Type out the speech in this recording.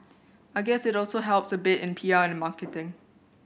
I guess it also helps a bit in P R and marketing